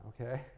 okay